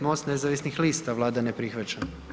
MOST nezavisnih lista, Vlada ne prihvaća.